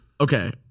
Okay